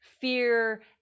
fear